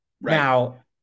Now